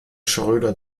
schröder